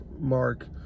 Mark